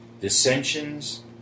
dissensions